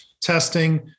testing